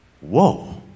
Whoa